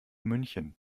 münchen